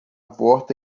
porta